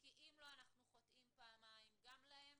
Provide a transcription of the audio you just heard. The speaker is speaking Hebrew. כי אם לא אנחנו חוטאים פעמיים, גם להם